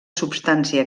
substància